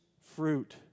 fruit